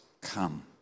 come